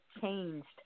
changed